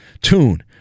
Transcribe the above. tune